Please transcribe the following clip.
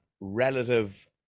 relative